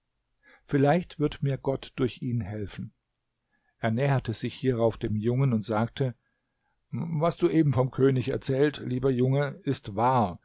vielleicht wird mir gott durch ihn helfen er näherte sich hierauf dem jungen und sagte was du eben vom könig erzählt lieber junge ist wahr